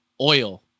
oil